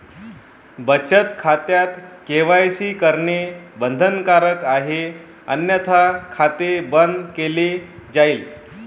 बचत खात्यात के.वाय.सी करणे बंधनकारक आहे अन्यथा खाते बंद केले जाईल